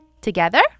Together